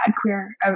Queer